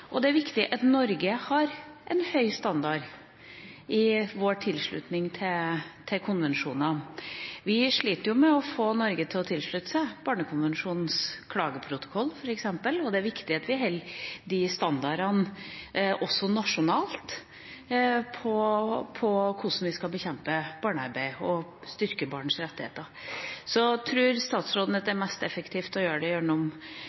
og det er viktig at Norge har en høy standard i sin tilslutning til konvensjonene. Vi sliter med å få Norge til å tilslutte seg Barnekonvensjonens klageprotokoll, f.eks., og det er viktig at vi holder de standardene også nasjonalt med hensyn til hvordan vi skal bekjempe barnearbeid og styrke barns rettigheter. Tror statsråden at det er mest effektivt å gjøre det gjennom